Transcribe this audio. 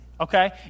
okay